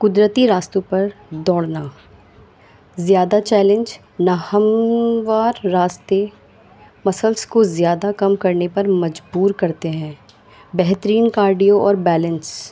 قدرتی راستوں پر دوڑنا زیادہ چیلنج ناہموار راستے مسلس کو زیادہ کام کرنے پر مجبور کرتے ہیں بہترین کارڈیو اور بیلنس